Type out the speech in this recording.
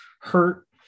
hurt